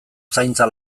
zaintza